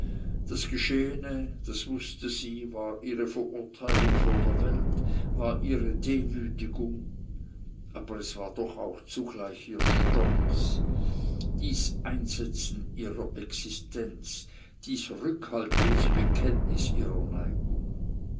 das geschehene das wußte sie war ihre verurteilung vor der welt war ihre demütigung aber es war doch auch zugleich ihr stolz dies einsetzen ihrer existenz dies rückhaltlose bekenntnis ihrer